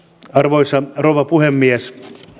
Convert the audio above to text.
arvoisa rouva puhemies